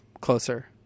closer